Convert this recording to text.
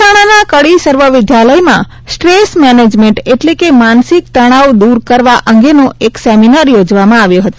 મહેસાણાના કડી સર્વ વિદ્યાલયમાં સ્ટ્રેસ મેનેજમેન્ટ એટલે કે માનસિક તણાવ દ્રર કરવા અંગેનો એક સેમિનાર યોજવામાં આવ્યો હતો